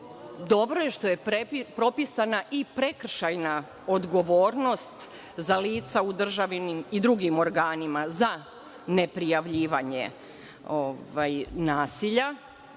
Dobro je što je propisana i prekršajna odgovornost za lica u državinim i drugim organima za neprijavljivanje nasilja.